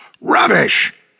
Rubbish